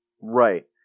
Right